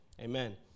Amen